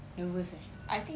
nervous eh